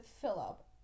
Philip